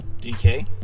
DK